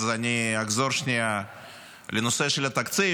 אז אני אחזור לנושא של התקציב.